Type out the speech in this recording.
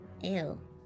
Ew